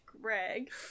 Greg